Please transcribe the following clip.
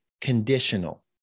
conditional